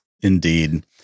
Indeed